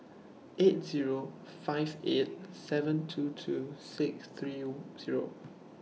eight Zero five eight seven two two six three Zero